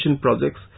projects